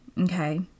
okay